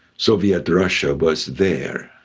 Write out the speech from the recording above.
soviet russia was there.